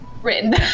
written